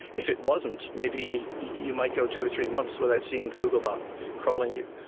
if it wasn't, maybe you might go two or three months without seeing the google bot crawling you,